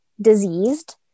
diseased